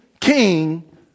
king